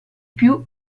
più